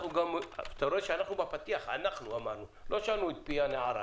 אתה רואה שכבר בפתיח אנחנו אמרנו לא שאלנו את פי הנערה